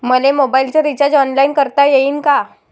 मले मोबाईलच recharge online करता येईन का?